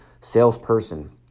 salesperson